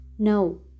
no